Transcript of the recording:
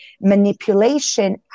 manipulation